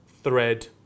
thread